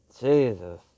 Jesus